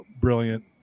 brilliant